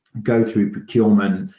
go through procurement.